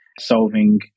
solving